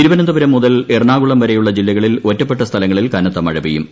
തിരുവനന്തപുരം മുതൽ എറണാകുളം വരെയുള്ള ജില്ലകളിൽ ഒറ്റപ്പെട്ട സ്ഥലങ്ങളിൽ കനത്ത മഴ പെയ്യും